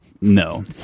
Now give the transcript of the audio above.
No